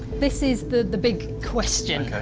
this is the the big question. ok.